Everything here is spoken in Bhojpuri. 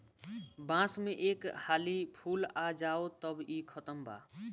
बांस में एक हाली फूल आ जाओ तब इ खतम बा